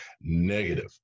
negative